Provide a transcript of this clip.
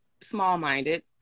small-minded